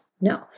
No